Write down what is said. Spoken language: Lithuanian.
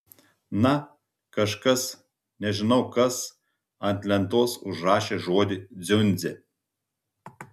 na kažkas nežinau kas ant lentos užrašė žodį dziundzė